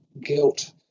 guilt